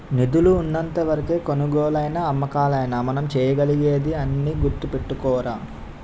నిధులు ఉన్నంత వరకే కొనుగోలైనా అమ్మకాలైనా మనం చేయగలిగేది అని గుర్తుపెట్టుకోరా